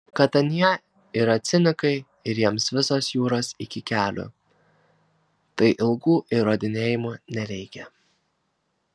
kad anie yra cinikai ir jiems visos jūros iki kelių tai ilgų įrodinėjimų nereikia